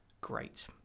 Great